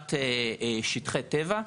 שמירת שטחי טבע.